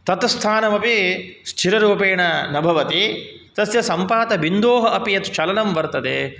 तत्स्थानमपि स्थिररूपेण न भवति तस्य सम्पातबिन्दोः अपि यश्चलनं वर्तते